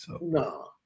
No